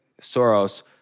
Soros